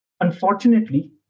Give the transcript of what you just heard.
Unfortunately